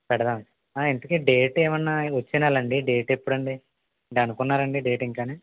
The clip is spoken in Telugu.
పెడదాం ఆ ఇంతకి డేట్ ఏమన్నా వచ్చే నెలండి డేట్ ఎప్పుడండి అనుకున్నారండి డేట్ ఇంకాను